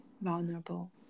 vulnerable